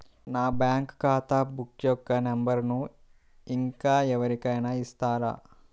నా బ్యాంక్ ఖాతా బుక్ యొక్క నంబరును ఇంకా ఎవరి కైనా ఇస్తారా?